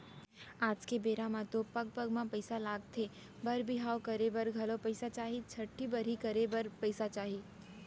आज के बेरा म तो पग पग म पइसा लगथे बर बिहाव करे बर घलौ पइसा चाही, छठ्ठी बरही करे बर पइसा चाही